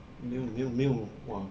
没有没有没有 !wah!